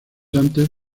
antes